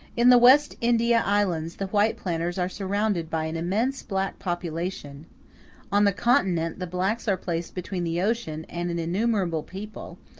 in the west india islands the white planters are surrounded by an immense black population on the continent, the blacks are placed between the ocean and an innumerable people,